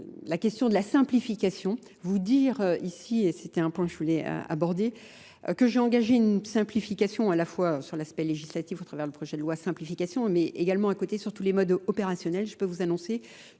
la question de la simplification, vous dire ici, et c'était un point que je voulais aborder, que j'ai engagé une simplification à la fois sur l'aspect législatif au travers du projet de loi simplification, mais également à côté sur tous les modes opérationnels, je peux vous annoncer